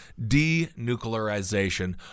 denuclearization